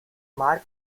marc